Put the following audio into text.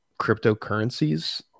cryptocurrencies